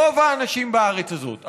רוב האנשים בארץ הזאת,